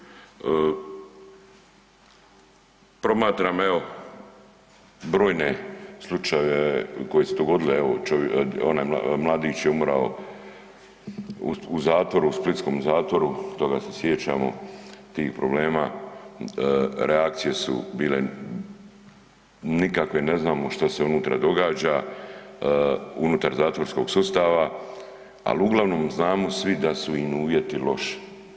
Promatram, evo, brojne slučajeve koji su se dogodili, evo, onaj mladić je umro u zatvoru, splitskom zatvoru, toga se sjećamo, tih problema, reakcije su bile nikakve, ne znamo što se unutra događa, unutar zatvorskog sustava, ali uglavnom znamo svi da su im uvjeti loši.